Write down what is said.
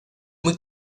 muy